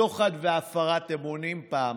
שוחד והפרת אמונים פעמיים,